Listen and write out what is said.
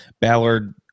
Ballard